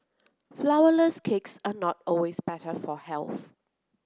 flourless cakes are not always better for health